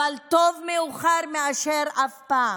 אבל טוב מאוחר מאשר אף פעם.